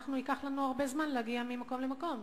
ייקח לנו הרבה זמן להגיע ממקום למקום.